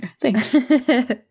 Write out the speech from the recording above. Thanks